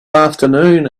afternoon